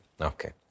Okay